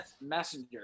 messenger